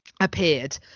appeared